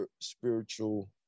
spiritual